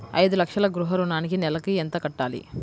ఐదు లక్షల గృహ ఋణానికి నెలకి ఎంత కట్టాలి?